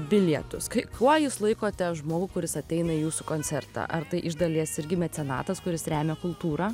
bilietus kai kuo jūs laikote žmogų kuris ateina į jūsų koncertą ar tai iš dalies irgi mecenatas kuris remia kultūrą